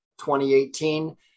2018